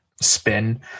spin